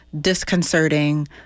disconcerting